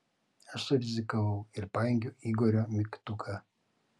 aš surizikavau ir pajungiau igorio mygtuką